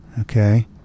okay